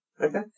Okay